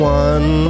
one